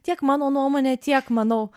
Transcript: tiek mano nuomone tiek manau